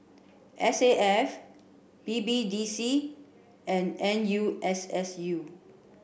S A F B B D C and N U S S U